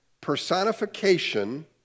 personification